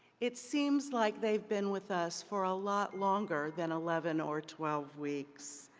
it seems like they've been with us for a lot longer than eleven or twelve weeks.